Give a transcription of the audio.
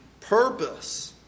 purpose